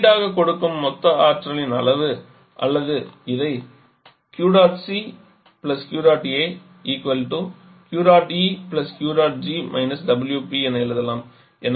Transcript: உள்ளீடாக கொடுக்கும் மொத்த ஆற்றலின் அளவு அல்லது இதை என நாம் எழுதலாம்